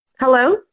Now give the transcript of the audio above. Hello